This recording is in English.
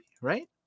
Right